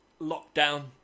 lockdown